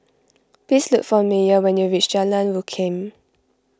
please look for Meyer when you reach Jalan Rukam